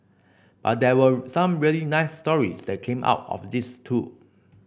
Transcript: but there were some really nice stories that came out of this too